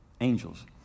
Angels